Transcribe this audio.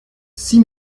six